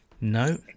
No